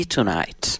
Tonight